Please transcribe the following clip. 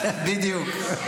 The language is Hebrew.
בדיוק.